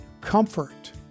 comfort